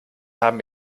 haben